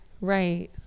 Right